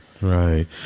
right